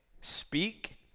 speak